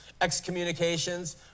Excommunications